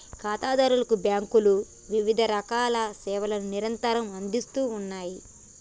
ఖాతాదారులకు బ్యాంకులు వివిధరకాల సేవలను నిరంతరం అందిస్తూ ఉన్నాయి